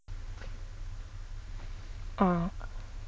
err